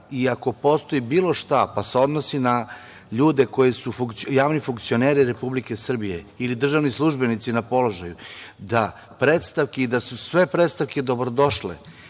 i ako postoji bilo šta pa se odnosi na ljude koji su javni funkcioneri Republike Srbije ili državni službenici na položaju, da su sve predstavke dobrodošle,